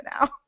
now